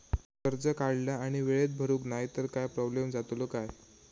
कर्ज काढला आणि वेळेत भरुक नाय तर काय प्रोब्लेम जातलो काय?